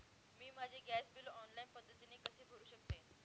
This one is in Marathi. मी माझे गॅस बिल ऑनलाईन पद्धतीने कसे भरु शकते?